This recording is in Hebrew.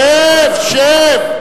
שב.